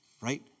Right